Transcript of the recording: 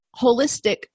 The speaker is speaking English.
holistic